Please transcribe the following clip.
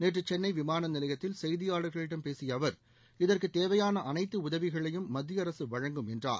நேற்று சென்னை விமான நிலையத்தில் செய்தியாளர்களிடம் பேசிய அவர் இதற்குத் தேவையான அனைத்து உதவிகளையும் மத்திய அரசு வழங்கும் என்றார்